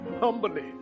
humbly